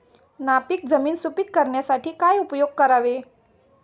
नापीक जमीन सुपीक करण्यासाठी काय उपयोग करावे?